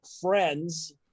friends